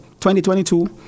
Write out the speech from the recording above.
2022